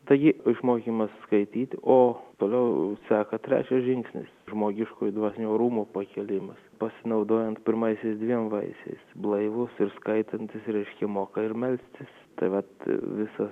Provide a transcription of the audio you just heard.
taigi išmokymas skaityti o toliau seka trečias žingsnis žmogiškojo dvasinio orumo pakėlimas pasinaudojant pirmaisiais dviem vaisiais blaivus ir skaitantis reiškia moka ir melstis tai vat visas